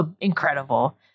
incredible